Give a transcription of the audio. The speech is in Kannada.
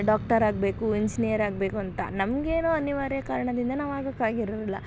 ಡಾಕ್ಟರ್ ಆಗಬೇಕು ಇಂಜಿನಿಯರ್ ಆಗಬೇಕು ಅಂತ ನಮಗೇನೋ ಅನಿವಾರ್ಯ ಕಾರಣದಿಂದ ನಾವು ಆಗೋಕೆ ಆಗಿರೋದಿಲ್ಲ